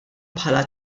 bħala